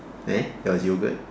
eh there was yogurt